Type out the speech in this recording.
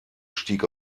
stieg